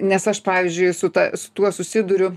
nes aš pavyzdžiui su ta su tuo susiduriu